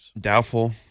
Doubtful